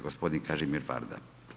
Gospodin Kažimir Varda.